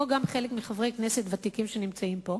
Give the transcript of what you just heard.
כמו גם חלק מחברי הכנסת הוותיקים שנמצאים פה,